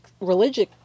religious